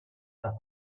that